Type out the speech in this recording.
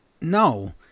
no